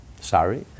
Sorry